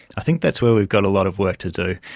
i think that's where we've got a lot of work to do.